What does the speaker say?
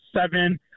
seven